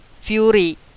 fury